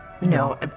No